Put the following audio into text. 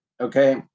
okay